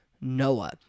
Noah